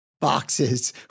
boxes